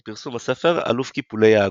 עם פרסום הספר "אלף קיפולי העגור".